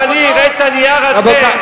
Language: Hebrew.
אם אני אראה את הנייר הזה,